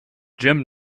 jim